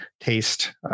Taste